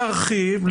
להרחיב,